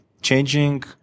changing